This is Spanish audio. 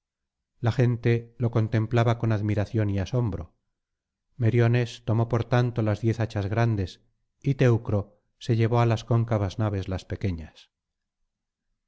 la gente lo contemplaba con admiración y asombro meriones tomó por tanto las diez hachas grandes y teucro se llevó á las cóncavas naves las pequeñas